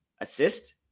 assist